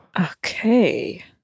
Okay